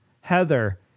Heather